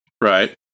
Right